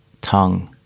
tongue